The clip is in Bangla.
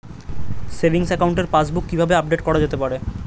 সেভিংস একাউন্টের পাসবুক কি কিভাবে আপডেট করা যেতে পারে?